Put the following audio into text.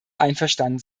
einverstanden